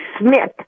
Smith